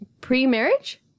pre-marriage